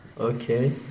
Okay